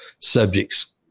subjects